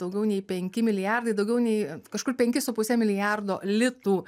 daugiau nei penki milijardai daugiau nei kažkur penki su puse milijardo litų